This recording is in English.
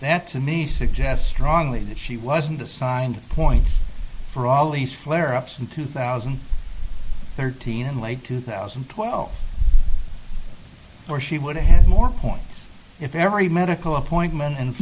that to me suggests strongly if she wasn't assigned points for all these flare ups in two thousand and thirteen in late two thousand and twelve or she would have had more points if every medical appointment and